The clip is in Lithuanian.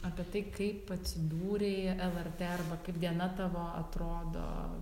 apie tai kaip atsidūrei lrt arba kaip diena tavo atrodo